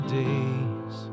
days